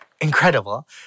Incredible